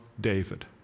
David